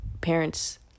parents